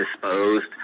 disposed